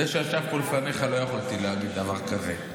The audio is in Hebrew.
על זה שישב פה לפניך לא יכולתי להגיד דבר כזה.